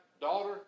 daughter